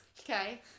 Okay